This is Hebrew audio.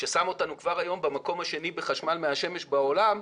ששם אותנו כבר היום במקום השני בחשמל מהשמש בעולם.